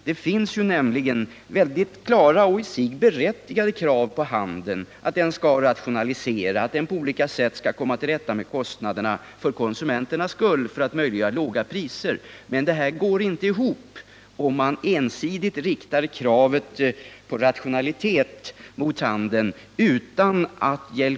Det finns nämligen väldigt klara och i sig berättigade krav på handeln: den skall rationalisera, den skall på olika sätt försöka komma till rätta med kostnaderna för att möjliggöra låga priser för konsumenternas skull. Men att ensidigt rikta dessa krav på rationaliseringar mot glesbygdshandeln går inte ihop.